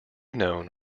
known